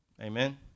Amen